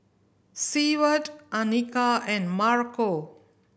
Seward Anika and Marco